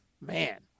man